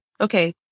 Okay